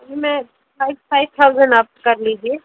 मैं five five thousand आप कर लीजिए